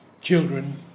children